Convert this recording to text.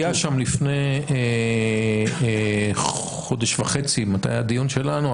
היה שם לפני חודש וחצי בדיון שלנו,